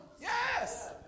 Yes